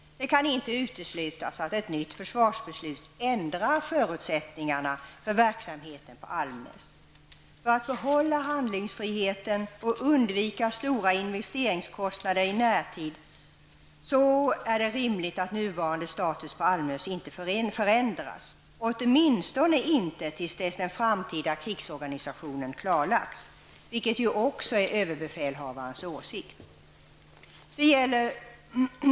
Det kan inte uteslutas att ett nytt försvarsbeslut ändrar förutsättningarna för verksamheten på Almnäs. För att behålla handlingsfriheten och undvika stora investeringskostnader i närtid är det rimligt att nuvarande status på Almnäs ej förändras, åtminstone inte till dess den framtida krigsorganisationen klarlagts, vilket också är överbefälhavarens åsikt.